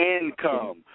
Income